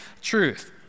truth